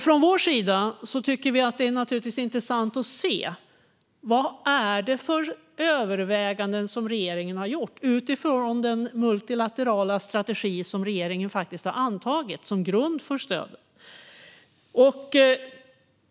Från vår sida tycker vi att det är intressant att se vad det är för överväganden som regeringen har gjort utifrån den multilaterala strategi som regeringen har antagit som grund för stöd.